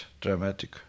dramatic